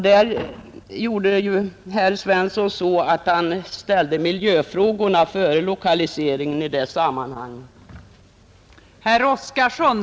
Där gjorde ju herr Svensson så att han ställde miljöfrågorna före lokaliseringsfrågorna.